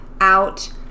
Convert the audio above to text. out